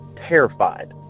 terrified